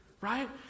right